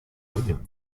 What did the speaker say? william